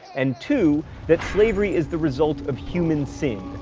and two. that slavery is the result of human sin.